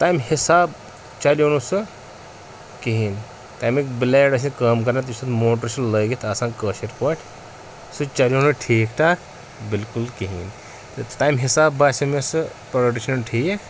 تَمہِ حِساب چَلیو نہٕ سُہ کِہیٖنۍ تمیُک بٕلیڈ آسۭۍ نہٕ کٲم کَرن یُس تتھ موٹر چھُ لٲگِتھ آسان کٲشِر پٲٹھۍ سُہ چَلیو نہٕ ٹھیٖک ٹھاکھ بالکُل کِہیٖنۍ تہٕ تَمہِ حِساب باسیو مےٚ سُہ پروڈَکٹ چھنہٕ ٹھیٖک